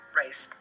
race